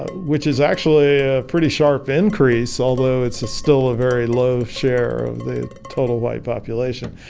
ah which is actually a pretty sharp increase, although it's still a very low share of the total white population.